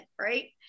right